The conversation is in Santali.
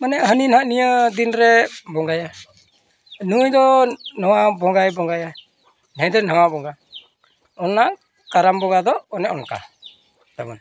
ᱢᱟᱱᱮ ᱦᱟᱹᱱᱤ ᱦᱟᱸᱜ ᱱᱤᱭᱟᱹ ᱫᱤᱱᱨᱮ ᱵᱚᱸᱜᱟᱭᱟ ᱱᱩᱭ ᱫᱚ ᱱᱚᱣᱟ ᱵᱚᱸᱜᱟᱭ ᱵᱚᱸᱜᱟᱭᱟ ᱦᱮᱸ ᱛᱚ ᱱᱟᱣᱟ ᱵᱚᱸᱜᱟ ᱚᱱᱟ ᱠᱟᱨᱟᱢ ᱵᱚᱸᱜᱟ ᱫᱚ ᱚᱱᱮ ᱚᱱᱠᱟ ᱛᱟᱵᱚᱱ